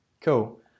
Cool